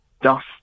dust